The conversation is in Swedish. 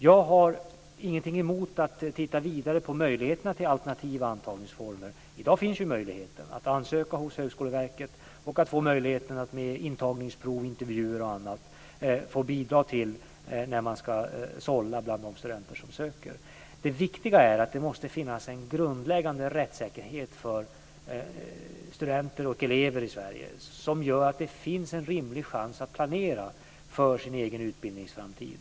Jag har ingenting emot att titta vidare på möjligheterna till alternativa antagningsformer. I dag finns möjlighet att ansöka hos Högskoleverket om intagningsprov, intervjuer m.m. som hjälp vid sållningen av de studenter som söker. Det viktiga är att det måste finnas en grundläggande rättssäkerhet för studenter och elever i Sverige som gör att det finns en rimlig chans att planera för sin egen utbildningsframtid.